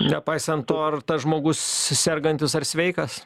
nepaisant to ar tas žmogus sergantis ar sveikas